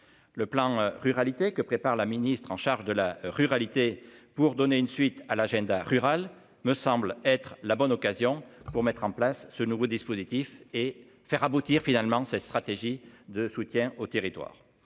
le plan ruralité que prépare la ministre en charge de la ruralité, pour donner une suite à l'agenda rural me semble être la bonne occasion pour mettre en place ce nouveau dispositif et faire aboutir finalement cette stratégie de soutien au territoire